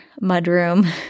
mudroom